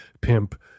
pimp